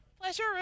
pleasure